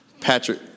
Patrick